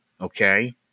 Okay